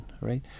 right